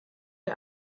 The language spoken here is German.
der